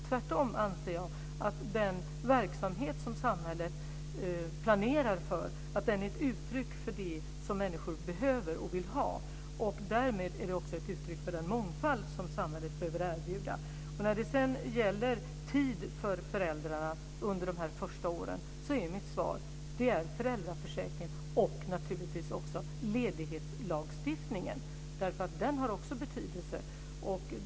Tvärtom anser jag att den verksamhet som samhället planerar för är ett uttryck för det som människor behöver och vill ha. Därmed är den ett uttryck för den mångfald som samhället behöver erbjuda. När det gäller tid för föräldrarna under de första åren, är mitt svar föräldraförsäkringen och naturligtvis ledighetslagstiftningen. Den har också betydelse.